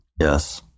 yes